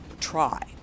Try